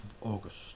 August